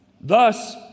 Thus